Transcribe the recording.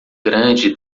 grande